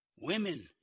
Women